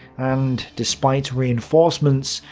and, despite reinforcements,